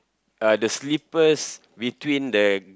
uh the slippers between the